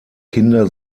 kinder